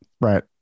Right